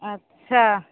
अच्छा